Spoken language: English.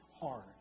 hard